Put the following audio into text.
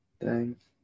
thanks